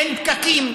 אין פקקים.